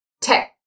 tech